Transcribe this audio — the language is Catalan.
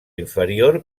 inferior